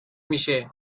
میشه